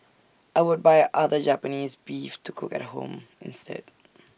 I would buy other Japanese Beef to cook at home instead